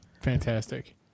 Fantastic